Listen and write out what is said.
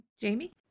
Jamie